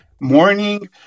morning